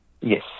Yes